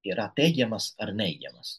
yra teigiamas ar neigiamas